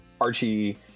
Archie